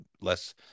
less